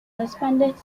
expanded